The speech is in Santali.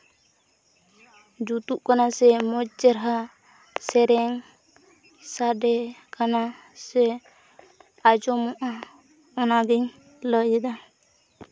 ᱡᱩᱛᱩᱜ ᱠᱟᱱᱟ ᱥᱮ ᱢᱚᱡᱽ ᱪᱮᱦᱨᱟ ᱥᱮᱨᱮᱧ ᱥᱟᱰᱮ ᱠᱟᱱᱟ ᱥᱮ ᱟᱸᱡᱚᱢᱚᱜᱼᱟ ᱚᱱᱟᱜᱮᱧ ᱞᱟᱹᱭᱮᱫᱟ